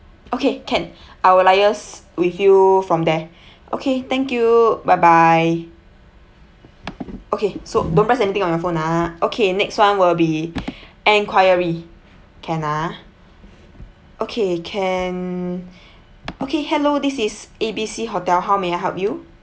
okay can I will liaise with you from there okay thank you bye bye okay so don't press anything on your phone ah okay next one will be enquiry can ah okay can okay hello this is A B C hotel how may I help you